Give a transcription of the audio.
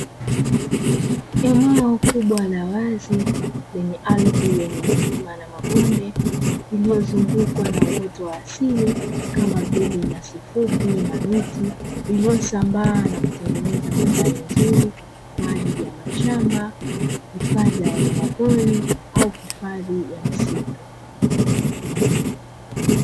Eneo kubwa la wazi lenye ardhi yenye milima na mabonde, ilizungukwa na uoto wa asili, kama vile nyasi fupi na miti iliyosambaa na kutengeneza mandhari nzuri kwa ajili ya mashamba, hifadhi ya wanyama pori au hifadhi ya misitu.